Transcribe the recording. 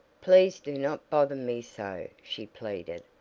please do not bother me so, she pleaded,